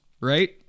right